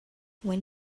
when